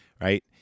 right